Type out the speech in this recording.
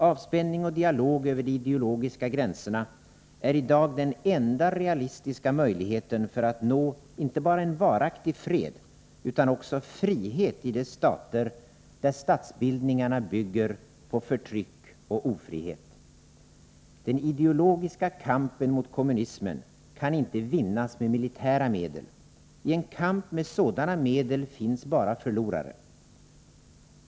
Avspänning och dialog över de ideologiska gränserna är i dag den enda realistiska möjligheten för att nå inte bara en varaktig fred, utan också frihet i de stater där statsbildningarna bygger på förtryck och ofrihet. Den ideologiska kampen mot kommunismen kan inte vinnas med militära medel. I en kamp med sådana medel finns bara förlorare.